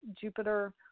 Jupiter